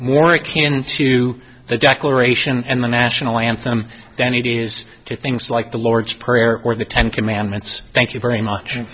more akin to the declaration and the national anthem than it is to things like the lord's prayer or the ten commandments thank you very much